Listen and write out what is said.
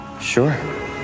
Sure